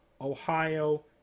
Ohio